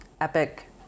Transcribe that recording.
epic